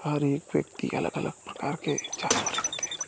हर एक व्यक्ति अलग अलग प्रकार के जानवर रखते हैं